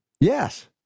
Yes